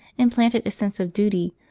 implanted a sense of duty,